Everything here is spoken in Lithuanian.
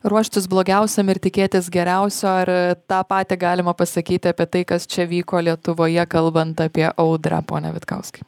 ruoštis blogiausiam ir tikėtis geriausio ar tą patį galima pasakyti apie tai kas čia vyko lietuvoje kalbant apie audrą pone vitkauskai